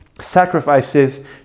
sacrifices